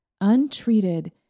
untreated